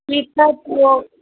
ठीकु आहे पोइ